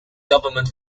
government